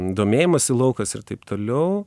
domėjimosi laukas ir taip toliau